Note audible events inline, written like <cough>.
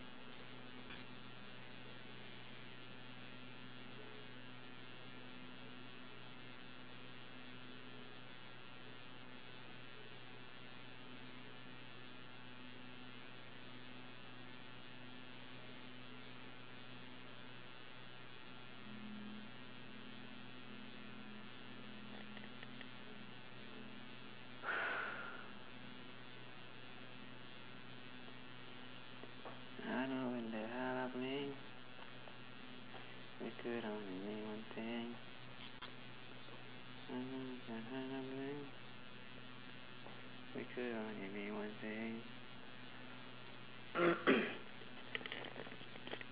<noise>